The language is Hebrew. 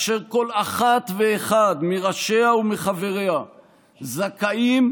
אשר כל אחת ואחד מראשיה וחבריה זכאים,